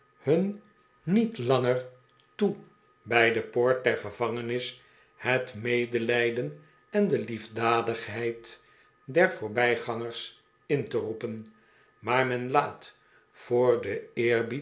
hun niet langer toe bij de poort der gevangenis het medelijden en de liefdadigheid der voorbij gangers in te roepen maar men laat voor den